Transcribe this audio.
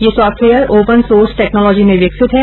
यह software open source technology में विकसित है